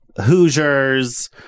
Hoosiers